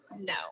No